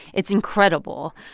it's incredible.